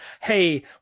Hey